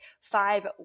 five